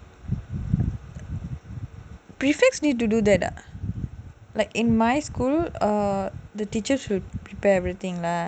prefects need to do that ah like in my school or the teacher should prepare everything lah